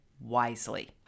wisely